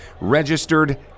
registered